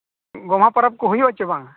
ᱜᱚᱢᱦᱟ ᱯᱚᱨᱚᱵᱽ ᱠᱚ ᱦᱩᱭᱩᱜ ᱟᱪᱮ ᱵᱟᱝ ᱟ